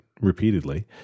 repeatedly